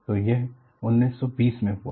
तो यह 1920 में हुआ